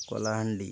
Kalahandi